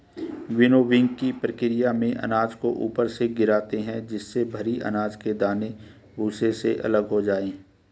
विनोविंगकी प्रकिया में अनाज को ऊपर से गिराते है जिससे भरी अनाज के दाने भूसे से अलग हो जाए